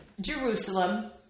Jerusalem